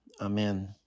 Amen